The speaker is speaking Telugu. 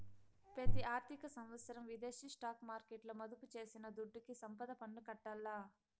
పెతి ఆర్థిక సంవత్సరం విదేశీ స్టాక్ మార్కెట్ల మదుపు చేసిన దుడ్డుకి సంపద పన్ను కట్టాల్ల